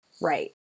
Right